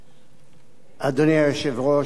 אדוני היושב-ראש, כנסת נכבדה,